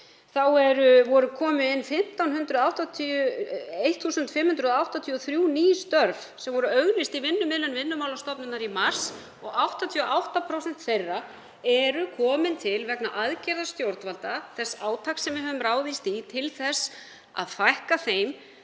í boði því að 1.583 ný störf voru auglýst í vinnumiðlun Vinnumálastofnunar í mars og 88% þeirra eru komin til vegna aðgerða stjórnvalda, þess átaks sem við höfum ráðist í til þess að fækka þeim